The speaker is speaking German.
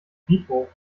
friedhof